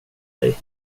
dig